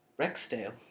Rexdale